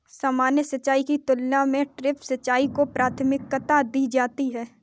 सामान्य सिंचाई की तुलना में ड्रिप सिंचाई को प्राथमिकता दी जाती है